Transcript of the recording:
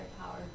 power